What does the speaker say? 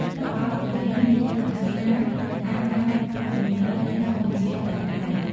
ប្រអប់ទាំងនេះមានលក្ខណៈស្រាល ស្អាតបាត និងមានក្លិនធម្មជាតិដែលប្លែក។